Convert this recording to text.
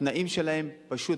התנאים שלהם פשוט,